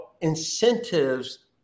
incentives